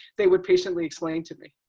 they would patiently explain to me.